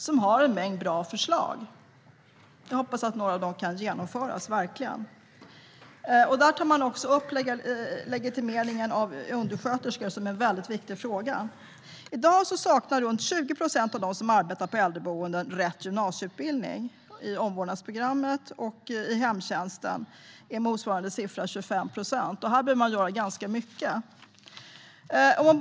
Där finns en mängd bra förslag. Jag hoppas verkligen att några av dem kan genomföras. I utredningen tas legitimering av undersköterskor upp som en viktig fråga. I dag saknar runt 20 procent av dem som arbetar på äldreboenden rätt gymnasieutbildning från omvårdnadsprogrammet. I hemtjänsten är motsvarande andel 25 procent. Här behöver mycket göras.